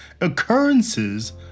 occurrences